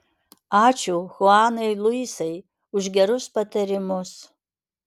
ačiū chuanai luisai už gerus patarimus